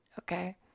okay